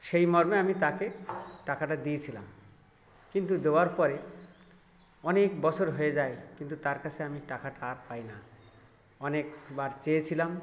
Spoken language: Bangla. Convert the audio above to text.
সেই মর্মে আমি তাকে টাকাটা দিয়েছিলাম কিন্তু দেওয়ার পরে অনেক বছর হয়ে যায় কিন্তু তার কাছে আমি টাকাটা আর পাই না অনেক বার চেয়েছিলাম